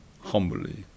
humbly